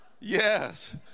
Yes